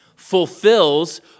fulfills